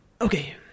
Okay